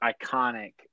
iconic